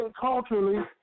culturally